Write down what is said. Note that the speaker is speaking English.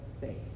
faith